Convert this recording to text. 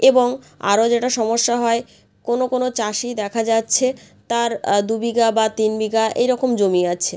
এবং আরও যেটা সমস্যা হয় কোনো কোনো চাষি দেখা যাচ্ছে তার দু বিঘা বা তিন বিঘা এই রকম জমি আছে